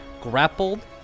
grappled